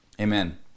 Amen